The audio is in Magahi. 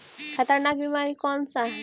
खतरनाक बीमारी कौन सा है?